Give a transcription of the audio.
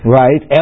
right